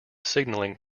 signaling